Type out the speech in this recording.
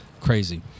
Crazy